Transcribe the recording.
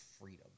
freedom